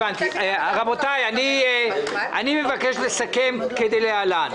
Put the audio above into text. רבותי, אני מבקש לסכם כדלהלן: